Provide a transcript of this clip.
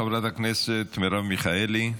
חברת הכנסת מרב מיכאלי,